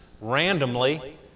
randomly